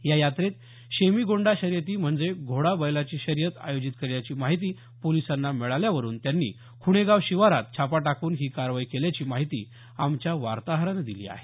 या यात्रेत शेमिगोंडा शर्यती म्हणजे घोडा बैलाची शर्यत आयोजित केल्याची माहिती पोलिसांना मिळाल्यावरून त्यांनी ख्रणेगाव शिवारात छापा टाकून ही कारवाई केल्याची माहिती आमच्या वार्ताहरानं दिली आहे